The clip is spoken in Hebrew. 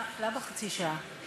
למה חצי שעה?